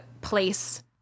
place